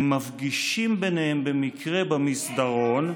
הם מפגישים ביניהם במקרה במסדרון,